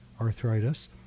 arthritis